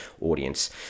audience